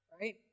Right